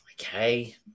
Okay